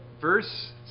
Verse